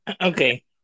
Okay